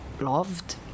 loved